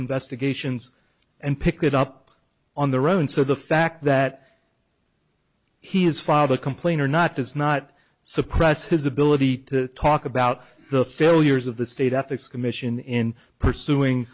investigations and pick it up on their own so the fact that he has filed a complaint or not does not suppress his ability to talk about the failures of the state ethics commission in pursuing